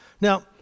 Now